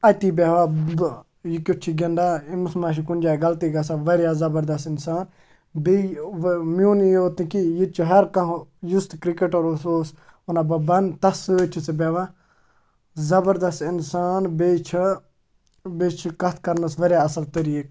أتی بیٚہوان بہٕ یہِ کیُتھ چھِ گِنٛدان أمِس مَہ چھُ کُنہِ جایہِ غلطی گژھان واریاہ زَبَردَست اِنسان بیٚیہِ میونُے یوت نہٕ کیٚنٛہہ ییٚتہِ چھُ ہَر کانٛہہ یُس تہٕ کِرٛکٮ۪ٹَر اوس سُہ اوس وَنان بہٕ بَنہٕ تٔمِس سۭتۍ چھُ سُہ بیٚہوان زَبَردَست اِنسان بیٚیہِ چھِ بیٚیہِ چھِ کَتھ کَرنَس واریاہ اَصٕل طریٖقہ